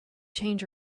change